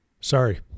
Sorry